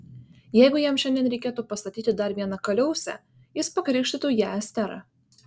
jeigu jam šiandien reikėtų pastatyti dar vieną kaliausę jis pakrikštytų ją estera